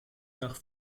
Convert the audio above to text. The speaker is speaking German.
nach